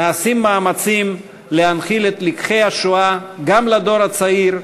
נעשים מאמצים להנחיל את לקחי השואה גם לדור הצעיר,